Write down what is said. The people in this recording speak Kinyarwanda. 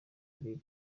yari